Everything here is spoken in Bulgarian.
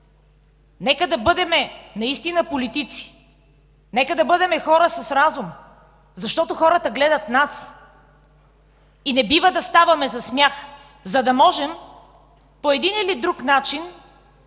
Нека да бъдем политици. Нека да бъдем хора с разум, защото хората гледат нас и не бива да ставаме за смях, за да можем по един или друг начин